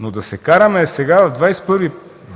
Но да се караме сега, в ХХІ